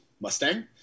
Mustang